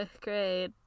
great